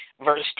Verse